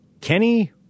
Kenny